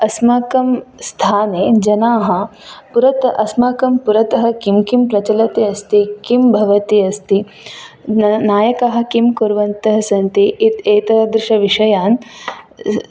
अस्माकं स्थाने जनाः पुरतः अस्माकं पुरतः किं किं प्रचलति अस्ति किं भवति अस्ति ना नायकः किं कुर्वन्तः सन्ति इति एतादृशविषयान्